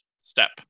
Step